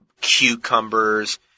cucumbers